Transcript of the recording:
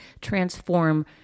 transform